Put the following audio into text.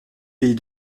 pays